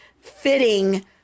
fitting